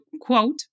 quote